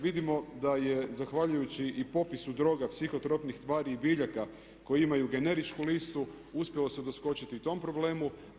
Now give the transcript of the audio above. Vidimo da je zahvaljujući i popisu droga psihotropnih tvari i biljaka koji imaju generičku listu uspjelo se doskočiti i tom problemu.